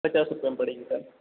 पचास रुपये में पड़ेगी सर